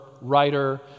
writer